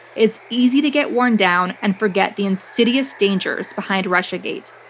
it's easy to get worn down and forget the insidious dangers behind russiagate.